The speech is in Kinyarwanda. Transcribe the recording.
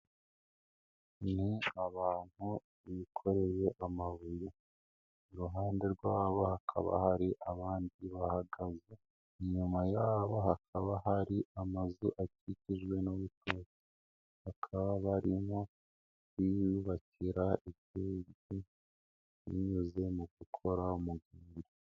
Ni abantu bikoreye amabuye, iruhande rwabo hakaba hari abandi bahagaze, inyuma yabo hakaba hari amazu akikijwe n'urutoki, bakaba barimo biyubakira igihugu binyuze mu gukora umuganda.